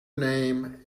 name